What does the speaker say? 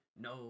no